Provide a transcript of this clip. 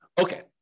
Okay